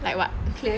like what